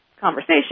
conversation